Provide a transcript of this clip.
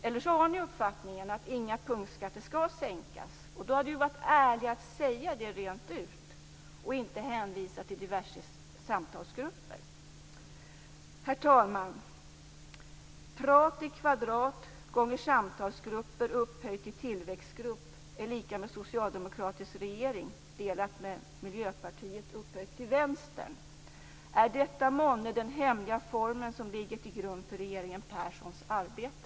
Eller så har ni uppfattningen att inga punktskatter skall sänkas, och då hade det ju varit ärligare att säga det rent ut och inte hänvisa till diverse samtalsgrupper. Herr talman! Prat i kvadrat gånger samtalsgrupper upphöjt till tillväxtgrupp är lika med socialdemokratisk regering, delat med Miljöpartiet upphöjt till Vänstern. Är detta månne den hemliga formel som ligger till grund för regeringen Perssons arbete?